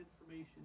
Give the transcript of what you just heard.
information